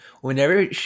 Whenever